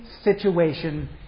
situation